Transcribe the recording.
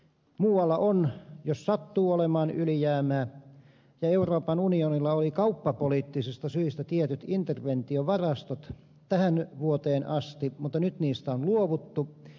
muualla on jos sattuu olemaan ylijäämää ja euroopan unionilla oli kauppapoliittisista syistä tietyt interventiovarastot tähän vuoteen asti mutta nyt niistä on luovuttu